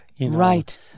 Right